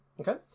okay